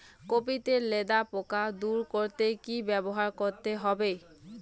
Copy তে লেদা পোকা দূর করতে কি ব্যবহার করতে হবে?